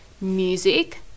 music